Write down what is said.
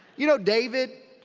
you know david.